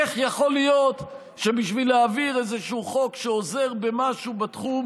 איך יכול להיות שבשביל להעביר איזשהו חוק שעוזר במשהו בתחום